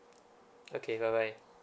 okay bye bye